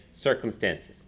circumstances